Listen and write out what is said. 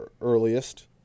earliest –